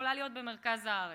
שיכולה להיות במרכז הארץ,